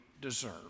deserve